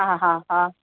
हा हा हा